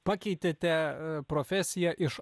pakeitėte profesiją iš